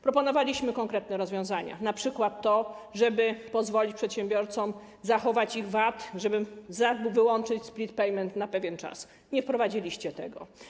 Proponowaliśmy konkretne rozwiązania, np. żeby pozwolić przedsiębiorcom zachować ich VAT, żeby wyłączyć split payment na pewien czas - nie wprowadziliście tego.